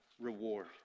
reward